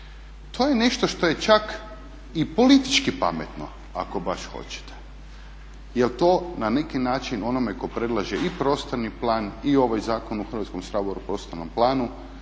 To je nešto što je čak i politički pametno, ako baš hoćete jel to na neki način onome tko predlaže i prostorni plan i ovaj Zakon u Hrvatskom saboru o prostornom planu